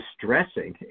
distressing